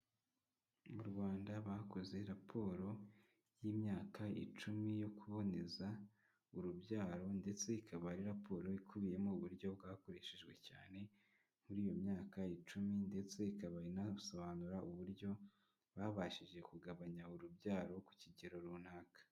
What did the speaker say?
Mu Rwanda bakoze raporo y'imyaka icumi yo kuboneza urubyaro ndetse ikaba ari raporo ikubiyemo uburyo bwakoreshejwe cyane muri iyo myaka icumi ndetse ikaba inasobanura uburyo babashije kugabanya urubyaro ku kigero runaka.